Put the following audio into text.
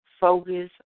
focus